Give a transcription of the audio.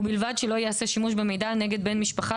ובלבד שלא ייעשה שימוש במידע נגד בן משפחה